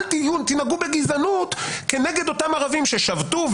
אל תנהגו בגזענות כנגד אותם ערבים ששבתו,